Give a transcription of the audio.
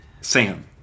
sam